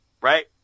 Right